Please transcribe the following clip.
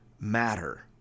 matter